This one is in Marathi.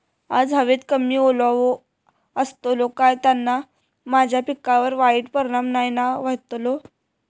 आज हवेत कमी ओलावो असतलो काय त्याना माझ्या पिकावर वाईट परिणाम नाय ना व्हतलो?